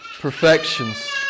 perfections